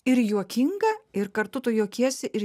ir juokinga ir kartu tu juokiesi ir